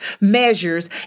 measures